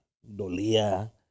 dolía